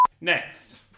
Next